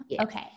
Okay